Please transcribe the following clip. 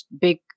big